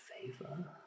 favor